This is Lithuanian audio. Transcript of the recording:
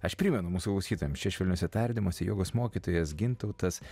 aš primenu mūsų klausytojams čia švelniuose tardymuose jogos mokytojas gintautas